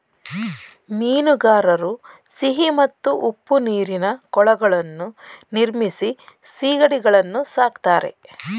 ಮೀನುಗಾರರು ಸಿಹಿ ಮತ್ತು ಉಪ್ಪು ನೀರಿನ ಕೊಳಗಳನ್ನು ನಿರ್ಮಿಸಿ ಸಿಗಡಿಗಳನ್ನು ಸಾಕ್ತರೆ